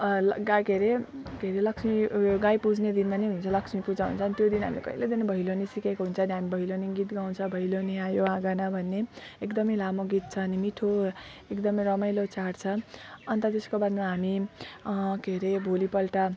ल गाई के अरे के अरे लक्ष्मी उयो गाई पुज्ने दिनमा नै हुन्छ लक्ष्मी पूजा हुन्छ अनि त्यो दिन हामीले कहिल्यैदेखि भैलेनी सिकेको हुन्छ त्यहाँ भैलेनी गीत गाउँछ भैलेनी आयो आँगन भनी एकदम लामो गीत छ अनि लामो छ अनि मिठो एकदम रमाइलो चाड छ अन्त जसको बादमा हामी के अरे भोलि पल्ट